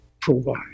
provide